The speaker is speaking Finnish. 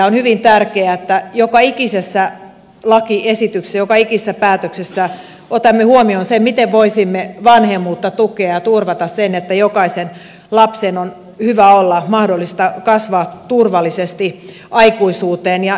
on hyvin tärkeää että joka ikisessä lakiesityksessä joka ikisessä päätöksessä otamme huomioon sen miten voisimme vanhemmuutta tukea ja turvata sen että jokaisen lapsen on hyvä olla mahdollista kasvaa turvallisesti aikuisuuteen